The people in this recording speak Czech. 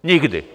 Nikdy!